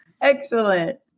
Excellent